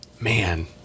Man